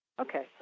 Okay